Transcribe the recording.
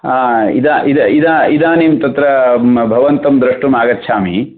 इदानीं तत्र भवन्तं द्रष्टुम् आगच्छामि